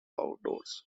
outdoors